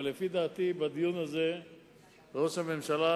אבל לפי דעתי, אחרי הדיון הזה ראש הממשלה